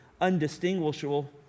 undistinguishable